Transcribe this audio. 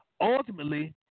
Ultimately